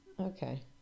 Okay